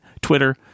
Twitter